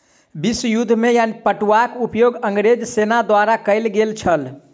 विश्व युद्ध में पटुआक उपयोग अंग्रेज सेना द्वारा कयल गेल छल